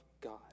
God